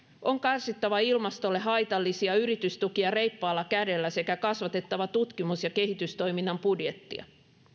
on karsittava ilmastolle haitallisia yritystukia reippaalla kädellä sekä kasvatettava tutkimus ja kehitystoiminnan budjettia